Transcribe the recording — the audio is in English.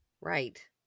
Right